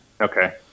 Okay